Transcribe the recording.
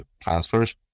transfers